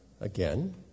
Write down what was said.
again